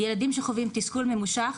ילדים שחווים תסכול ממושך,